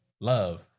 Love